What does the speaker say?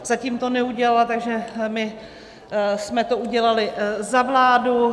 Zatím to neudělala, takže my jsme to udělali za vládu.